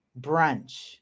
brunch